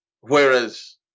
Whereas